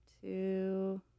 two